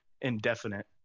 indefinite